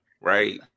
right